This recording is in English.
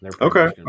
Okay